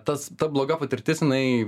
tas ta bloga patirtis jinai